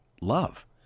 love